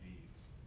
deeds